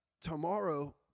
tomorrow